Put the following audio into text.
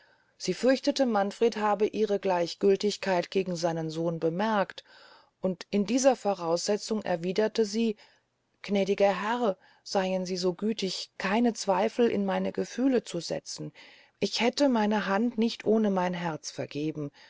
sie fürchtete manfred habe ihre gleichgültigkeit gegen seinen sohn bemerkt und in dieser voraussetzung erwiederte sie gnädiger herr seyn sie so gütig keine zweifel in meine gefühle zu setzen ich hätte meine hand nicht ohne mein herz vergeben